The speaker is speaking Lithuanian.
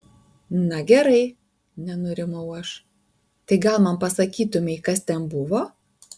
na gerai nenurimau aš tai gal man pasakytumei kas ten buvo